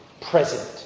present